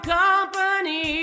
company